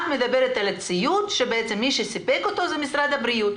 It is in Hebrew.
את מדברת על הציוד שמי שסיפק אותו הוא משרד הבריאות.